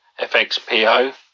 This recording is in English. FXPO